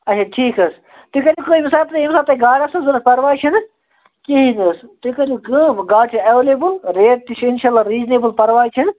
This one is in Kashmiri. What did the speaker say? اَچھا ٹھیٖک حظ تُہۍ کٔرِو کٲم ییٚمہِ ساتہٕ تُہۍ ییٚمہِ ساتہٕ تۄہہِ گاڈٕ آسان ضروٗرت پَرواے چھُنہٕ کِہیٖنٛۍ نہٕ حظ تُہۍ کٔرِو کٲم گاڈٕ چھِ ایٚویلیبُل ریٹ تہِ چھِ اِنشاء اللہ ریٖزنیبُل پَرواے چھِنہٕ